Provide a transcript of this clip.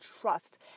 trust